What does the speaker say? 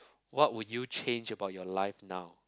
what would you change about your life now